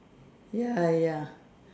ya ya